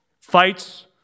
fights